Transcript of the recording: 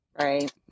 Right